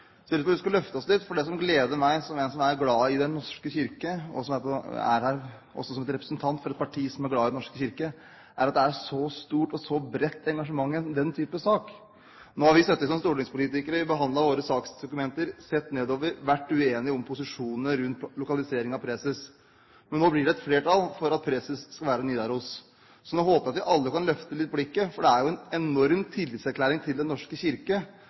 Så lurer jeg på om vi skulle løfte blikket litt, for det som gleder meg som en som er glad i Den norske kirke, og som er her også som representant for et parti som er glad i Den norske kirke, er at det er et så stort og bredt engasjement i den typen sak. Nå har vi som stortingspolitikere i behandlingen av våre saksdokumenter sittet og sett nedover og vært uenige om posisjoner i lokalisering av preses. Men nå blir det et flertall for at preses skal være i Nidaros. Så nå håper jeg at vi alle kan løfte blikket, for det er jo en enorm tillitserklæring til Den norske kirke